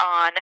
on